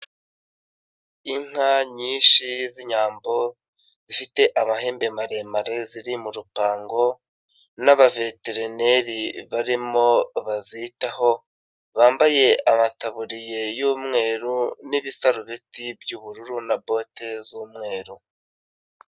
Inka nyinshi z'Inyambo zifite amahembe maremare ziri mu rupango n'abaveterineri barimo bazitaho bambaye amataburiye y'umweru n'ibisarubiti by'ubururu na bote z'umweru.